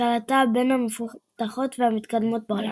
כלכלתה בין המפותחות והמתקדמות בעולם.